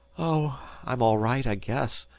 oh, i'm all right, i guess,